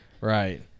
right